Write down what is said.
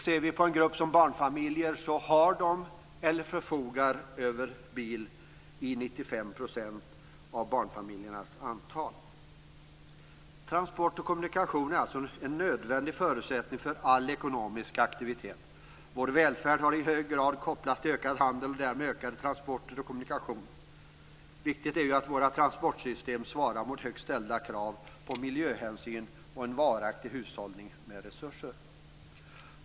Ser vi på en grupp som barnfamiljer, är det 95 % av dem som har eller förfogar över bil. Transport och kommunikation är alltså en nödvändig förutsättning för all ekonomisk aktivitet. Vår välfärd kan i hög grad kopplas till ökad handel och därmed ökade transporter och kommunikation. Viktigt är att våra transportsystem svarar mot högt ställda krav på miljöhänsyn och en varaktig hushållning med resurser.